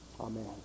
Amen